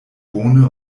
bone